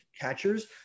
catchers